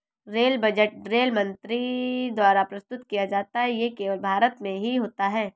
rail budget rail मंत्री द्वारा प्रस्तुत किया जाता है ये केवल भारत में ही होता है